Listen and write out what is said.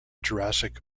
jurassic